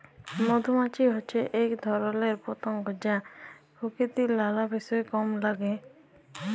মধুমাছি হচ্যে এক ধরণের পতঙ্গ যা প্রকৃতির লালা বিষয় কামে লাগে